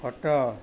ଖଟ